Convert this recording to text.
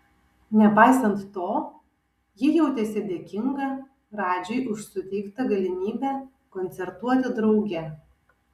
nepaisant to ji jautėsi dėkinga radžiui už suteikta galimybę koncertuoti drauge